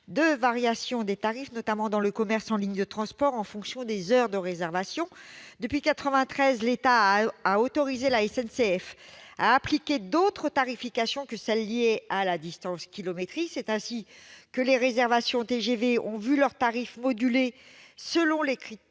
de variation des tarifs, notamment dans le commerce en ligne de transport, en fonction des heures de réservation. Depuis 1993, l'État a autorisé la SNCF à appliquer d'autres tarifications que celles qui sont liées à la distance kilométrique. C'est ainsi que les réservations TGV ont vu leur tarif modulé selon les créneaux